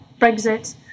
Brexit